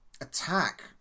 attack